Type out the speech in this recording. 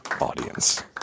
audience